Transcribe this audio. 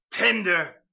tender